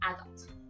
adult